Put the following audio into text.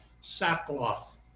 sackcloth